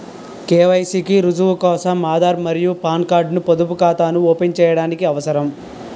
KYC కి రుజువు కోసం ఆధార్ మరియు పాన్ కార్డ్ ను పొదుపు ఖాతాను ఓపెన్ చేయడానికి అవసరం